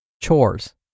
chores